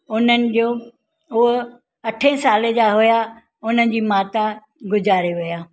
हुननि जो उहो अठे साल जा हुआ हुननि जी माता गुज़ारे विया